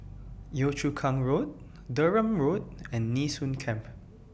Yio Chu Kang Road Durham Road and Nee Soon Camp